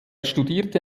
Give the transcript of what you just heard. studierte